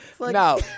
No